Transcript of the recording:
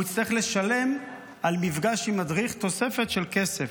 uהוא יצטרך לשלם על מפגש עם מדריך תוספת של כסף,